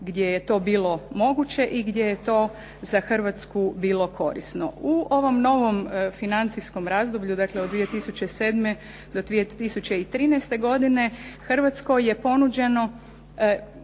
gdje je to bilo moguće i gdje je to za Hrvatsku bilo korisno. U ovom novom financijskom razdoblju dakle od 2007. do 2013. godine Hrvatskoj je ponuđeno,